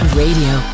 radio